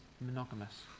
monogamous